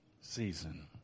season